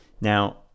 now